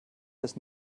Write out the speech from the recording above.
bis